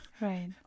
right